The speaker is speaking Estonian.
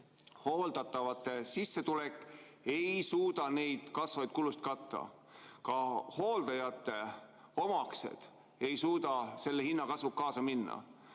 Hooldatavate sissetulek ei suuda neid kasvavaid kulusid katta. Ka hooldatavate omaksed ei suuda selle hinnakasvuga kaasa minna.